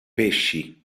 pesci